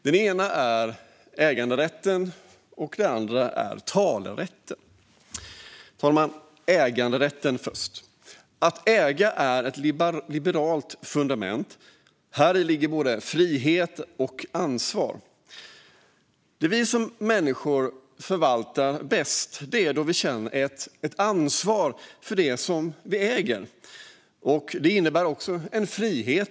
Det ena är äganderätten, och det andra är talerätten. Att äga är ett liberalt fundament. Häri ligger både frihet och ansvar. Vi människor förvaltar bäst när vi känner ett ansvar för det vi äger.